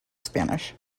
spanish